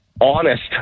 honest